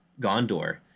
Gondor